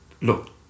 Look